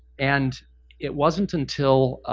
and it wasn't until,